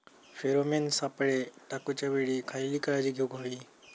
Pheromone सापळे टाकूच्या वेळी खयली काळजी घेवूक व्हयी?